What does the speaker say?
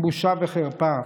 בושה וחרפה.